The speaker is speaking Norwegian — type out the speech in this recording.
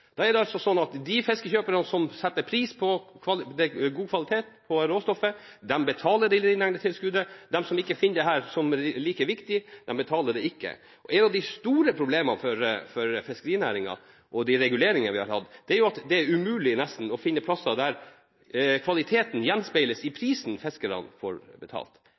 De fiskekjøperne som setter pris på god kvalitet på råstoffet, betaler lineegnetilskuddet, de som ikke finner dette like viktig, betaler det ikke. Et av de store problemene for fiskerinæringen med de reguleringene vi har hatt, er at det er nesten umulig å finne steder der kvaliteten gjenspeiles i prisen fiskerne får betalt.